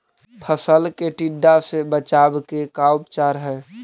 फ़सल के टिड्डा से बचाव के का उपचार है?